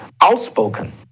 outspoken